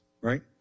right